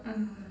uh